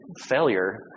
failure